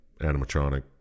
animatronic